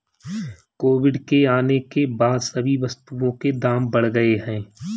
Covid के आने के बाद सभी वस्तुओं के दाम बढ़ गए हैं